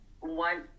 one